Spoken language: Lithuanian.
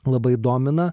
labai domina